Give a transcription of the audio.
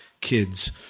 kids